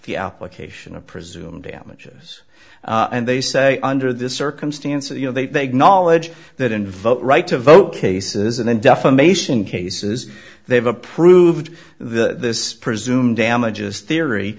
the application of presumed damages and they say under the circumstances you know they knowledge that in vote right to vote cases and in defamation cases they've approved the presumed damages theory